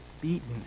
beaten